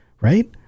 right